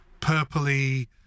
purpley